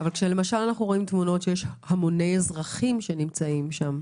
אנחנו רואים התמונות עם המוני האזרחים שנמצאים שם.